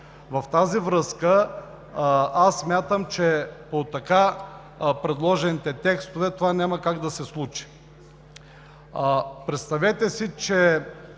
В тази връзка смятам, че с предложените текстове това няма как да се случи. Представете си, че